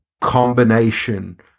combination